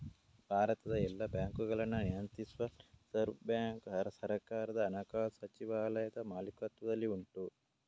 ಭಾರತದ ಎಲ್ಲ ಬ್ಯಾಂಕುಗಳನ್ನ ನಿಯಂತ್ರಿಸುವ ರಿಸರ್ವ್ ಬ್ಯಾಂಕು ಸರ್ಕಾರದ ಹಣಕಾಸು ಸಚಿವಾಲಯದ ಮಾಲೀಕತ್ವದಲ್ಲಿ ಉಂಟು